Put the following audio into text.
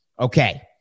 Okay